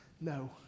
No